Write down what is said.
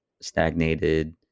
stagnated